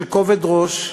של כובד ראש,